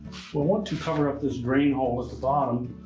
we'll want to cover up this drain hole at the bottom,